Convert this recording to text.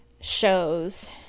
shows